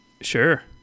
Sure